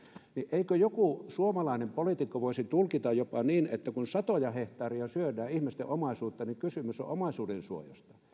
eikö joku suomalainen poliitikko voisi tulkita jopa niin että kun satoja hehtaareja syödään ihmisten omaisuutta niin kysymys on omaisuudensuojasta